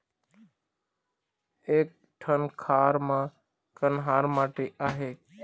एक ठन खार म कन्हार माटी आहे?